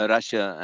Russia